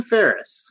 Ferris